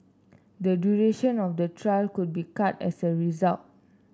the duration of the trial could be cut as a result